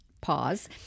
pause